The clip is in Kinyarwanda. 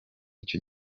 icyo